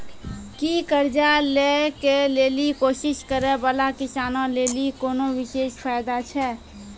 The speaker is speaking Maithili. कि कर्जा लै के लेली कोशिश करै बाला किसानो लेली कोनो विशेष फायदा छै?